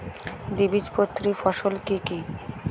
দ্বিবীজপত্রী ফসল কি কি?